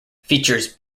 features